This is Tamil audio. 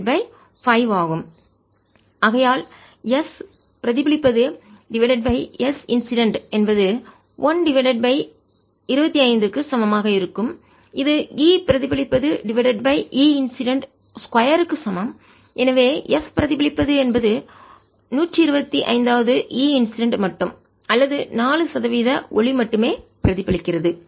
5 15 ஆகையால் S பிரதிபலிப்பது டிவைடட் பை S இன்சிடென்ட் என்பது 1 டிவைடட் பை 25 க்கு சமமாக இருக்கும் இது E பிரதிபலிப்பது டிவைடட் பை E இன்சிடென்ட் 2 க்கு சமம் எனவே S பிரதிபலிப்பது என்பது 125 வது E இன்சிடென்ட் மட்டும் அல்லது 4 சதவிகித ஒளி மட்டுமே பிரதிபலிக்கிறது